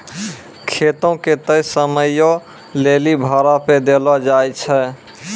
खेतो के तय समयो लेली भाड़ा पे देलो जाय छै